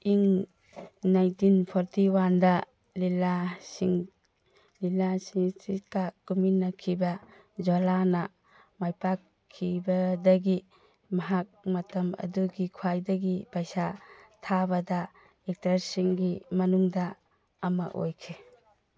ꯏꯪ nineteen forty ꯋꯥꯟꯗ ꯂꯤꯂꯥꯁꯤꯆꯤꯀ ꯀꯨꯝꯃꯤꯟꯅꯈꯤꯕ ꯖꯣꯂꯥꯅ ꯃꯥꯏ ꯄꯥꯛꯈꯤꯕꯗꯒꯤ ꯃꯍꯥꯛ ꯃꯇꯝ ꯑꯗꯨꯒꯤ ꯈ꯭ꯋꯥꯏꯗꯒꯤ ꯄꯩꯁꯥ ꯊꯥꯗꯕ ꯑꯦꯛꯇꯔꯁꯤꯡꯒꯤ ꯃꯅꯨꯡꯗ ꯑꯃ ꯑꯣꯏꯈꯤ